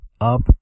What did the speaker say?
up